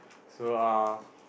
so uh